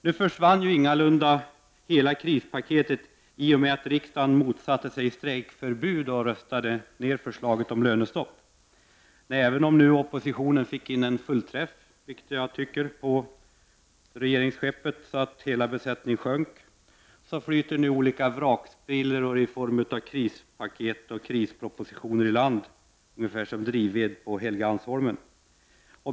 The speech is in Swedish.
Nu försvann ju ingalunda hela krispaketet i och med att riksdagen motsatte sig strejkförbud och röstade ner förslaget om lönestopp. Nej, även om oppositionen fick in en fullträff, så att regeringsskeppet och hela besättningen sjönk, flyter nu vrakspillror i form av ”krispaketpropositioner” i land som drivved på Helgeandsholmen.